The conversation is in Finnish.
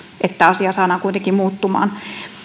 että asia saadaan kuitenkin muuttumaan